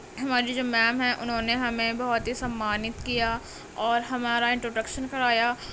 ہماری جو میم ہیں انہوں نے ہمیں بہت ہی سمانت کیا اور ہمارا انٹروڈکشن کرایا